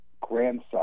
grandson